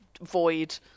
void